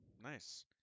Nice